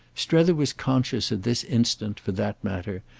strether was conscious at this instant, for that matter,